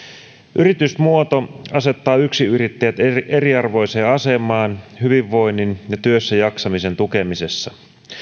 yritysmuoto asettaa yksinyrittäjät eriarvoiseen asemaan hyvinvoinnin ja työssäjaksamisen tukemisessa